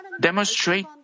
demonstrate